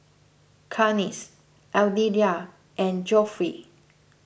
Clarnce Aditya and Geoffrey